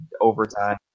overtime